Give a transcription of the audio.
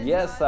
Yes